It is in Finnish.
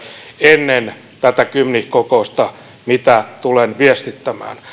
ennen tätä gymnich kokousta mitä tulen viestittämään